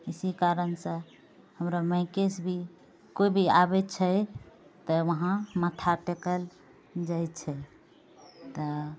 इसी कारणसँ हमरा माइकेसँ भी कोइभी आबै छै तऽ वहाँ माथा टेकल जाइ छै तऽ